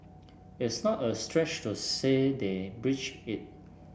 it's not a stretch to say they've breached it